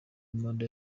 manda